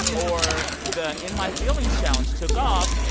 or the in my feelings challenge took off. yeah